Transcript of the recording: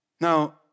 Now